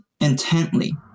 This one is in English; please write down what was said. intently